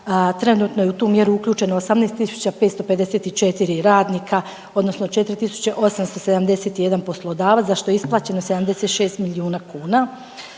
trenutno je u tu mjeru uključeno 18.554 radnika odnosno 4.871 poslodavac za što je isplaćeno 76 milijuna kuna.